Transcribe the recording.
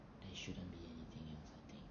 there shouldn't be anything else already